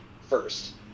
first